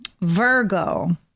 Virgo